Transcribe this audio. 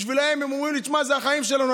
הם אמרו לי: תשמע, זה החיים שלנו.